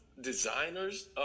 designers